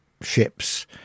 ships